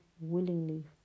willingly